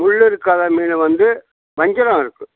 முள் இருக்காத மீன் வந்து வஞ்சிரம் இருக்குது